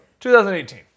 2018